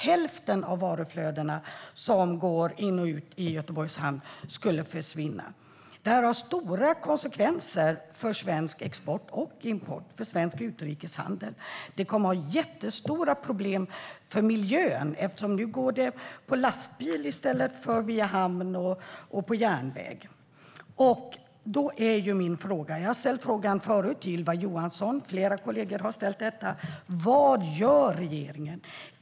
Hälften av varuflödena in i och ut ur Göteborgs hamn skulle då försvinna. Detta får stora konsekvenser för svensk export och import - för svensk utrikeshandel. Det kommer att innebära jättestora problem för miljön eftersom varorna nu går på lastbil i stället för via hamn och på järnväg. Min fråga, som jag och flera kollegor har ställt förut till Ylva Johansson, är: Vad gör regeringen?